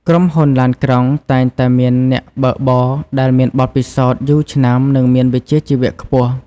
ក្រុមហ៊ុនឡានក្រុងតែងតែមានអ្នកបើកបរដែលមានបទពិសោធន៍យូរឆ្នាំនិងមានវិជ្ជាជីវៈខ្ពស់។